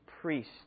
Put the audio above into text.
priest